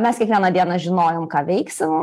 mes kiekvieną dieną žinojom ką veiksim